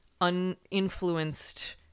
uninfluenced